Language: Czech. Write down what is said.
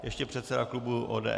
Ještě předseda klubu ODS.